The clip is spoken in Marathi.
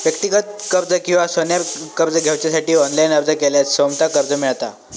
व्यक्तिगत कर्ज किंवा सोन्यार कर्ज घेवच्यासाठी ऑनलाईन अर्ज केल्यार सोमता कर्ज मेळता